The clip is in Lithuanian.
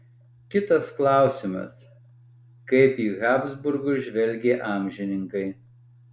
kitas klausimas kaip į habsburgus žvelgė amžininkai